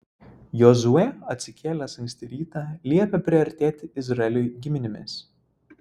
jozuė atsikėlęs anksti rytą liepė priartėti izraeliui giminėmis